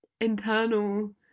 internal